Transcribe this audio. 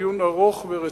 דיון ארוך ורציני.